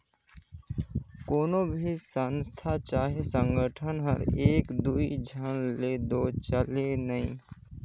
कोनो भी संस्था चहे संगठन हर एक दुई झन ले दो चले नई